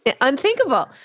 unthinkable